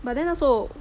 but then also